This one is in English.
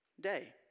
day